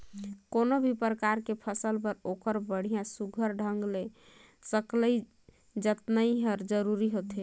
कोनो भी परकार के फसल बर ओखर बड़िया सुग्घर ढंग ले सकलई जतनई हर जरूरी होथे